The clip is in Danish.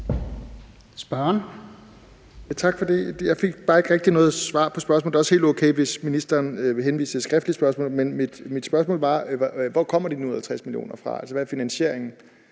(EL): Tak for det. Jeg fik ikke rigtig noget svar på spørgsmålet. Det er også helt okay, hvis ministeren vil henvise til et skriftligt spørgsmål. Men mit spørgsmål var: Hvor kommer de 950 mio. kr. fra, altså hvad er finansieringen?.